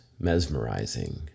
mesmerizing